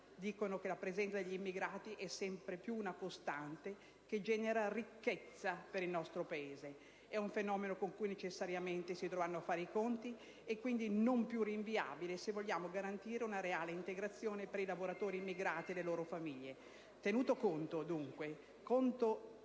dicono che la presenza degli immigrati è sempre più una costante che genera ricchezza per il nostro Paese: è un fenomeno con cui necessariamente si dovranno fare i conti, e quindi non più rinviabile, se vogliamo garantire una reale integrazione per i lavoratori immigrati e le loro famiglie. Tenuto conto dunque che